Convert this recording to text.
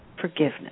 forgiveness